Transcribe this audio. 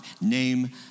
name